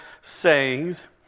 sayings